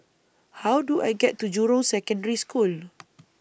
How Do I get to Jurong Secondary School